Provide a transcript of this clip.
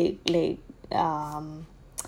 like like um